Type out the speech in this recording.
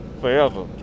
forever